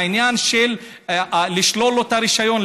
העניין של לשלול לו את הרישיון,